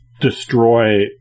destroy